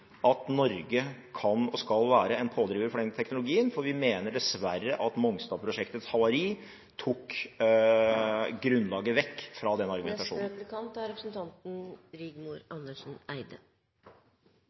at Norge kan og skal være en pådriver for den teknologien, for vi mener – dessverre – at Mongstad-prosjektets havari tok grunnlaget vekk fra den argumentasjonen. Det er